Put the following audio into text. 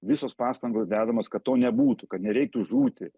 visos pastangos dedamos kad to nebūtų kad nereiktų žūti